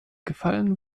gefallen